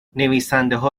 نویسندهها